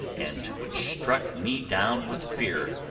and which struck me down with fear.